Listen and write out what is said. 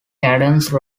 cadence